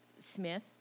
Smith